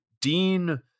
Dean